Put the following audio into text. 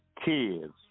kids